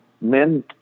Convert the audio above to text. men